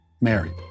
married